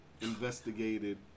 investigated